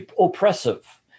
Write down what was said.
oppressive